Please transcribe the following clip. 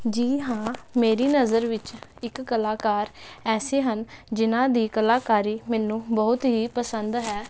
ਜੀ ਹਾਂ ਮੇਰੀ ਨਜ਼ਰ ਵਿੱਚ ਇੱਕ ਕਲਾਕਾਰ ਐਸੇ ਹਨ ਜਿਨ੍ਹਾਂ ਦੀ ਕਲਾਕਾਰੀ ਮੈਨੂੰ ਬਹੁਤ ਹੀ ਪਸੰਦ ਹੈ